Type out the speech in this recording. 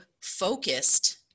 focused